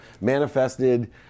manifested